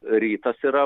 rytas yra